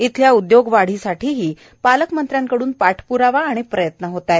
येथील उद्योगवाढीसाठीही पालकमंत्र्यांकडून पाठप्रावा आणि प्रयत्न होत आहेत